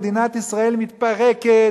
מדינת ישראל מתפרקת,